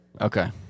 Okay